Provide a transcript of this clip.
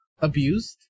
abused